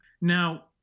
Now